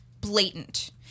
blatant